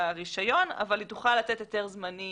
הרישיון אבל הוא תוכל לתת להיתר זמני,